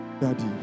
Daddy